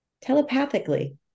telepathically